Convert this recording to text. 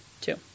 Two